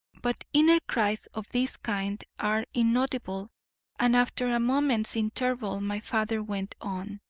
but inner cries of this kind are inaudible and after a moment's interval my father went on